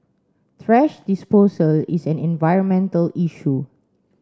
thrash disposal is an environmental issue